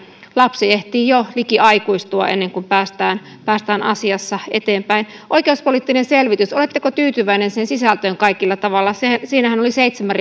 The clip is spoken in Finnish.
lapsi ehtii jo liki aikuistua ennen kuin päästään päästään asiassa eteenpäin oikeuspoliittinen selvitys oletteko tyytyväinen sen sisältöön kaikella tavalla siinähän oli seitsemän